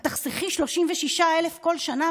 את תחסכי 36,000 כל שנה,